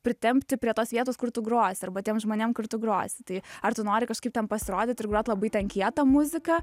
pritempti prie tos vietos kur tu grosi arba tiem žmonėm kur tu grosi tai ar tu nori kažkaip ten pasirodyt ir bet labai ten kietą muziką